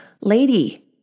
lady